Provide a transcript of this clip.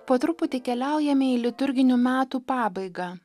po truputį keliaujame į liturginių metų pabaigą